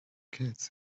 kids